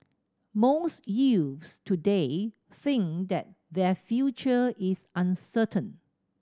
most youths today think that their future is uncertain